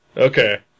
Okay